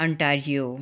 Ontario